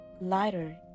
lighter